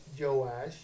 Joash